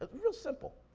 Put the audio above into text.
ah real simple.